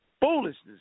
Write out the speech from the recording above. foolishness